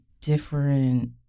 different